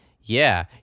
Yeah